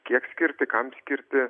kiek skirti kam skirti